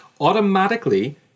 automatically